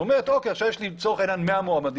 היא אומרת שעכשיו לצורך העניין יש לה 100 מועמדים,